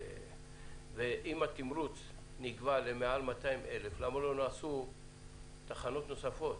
ואם התמרוץ נקבע למעל 200,000 למה לא עשו תחנות נוספות.